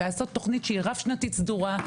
לעשות תוכנית שהיא רב שנתית סדורה,